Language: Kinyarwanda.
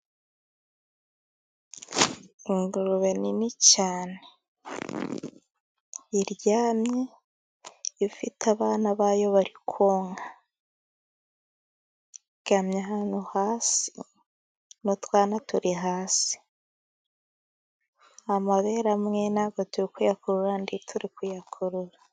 Ingurube nini cyane iryamye. Ifite abana bayo bari konka. Iryamye ahantu hasi, n'utwana turi hasi. Amabere amwe nta bwo turi kuyakurura, andi turi kuyakurura.